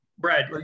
Brad